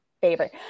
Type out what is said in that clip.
favorite